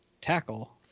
tackle